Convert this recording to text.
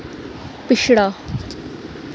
पिछड़ा